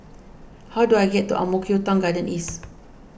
how do I get to Ang Mo Kio Town Garden East